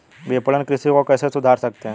विपणन कृषि को कैसे सुधार सकते हैं?